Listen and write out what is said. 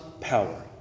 power